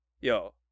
Yo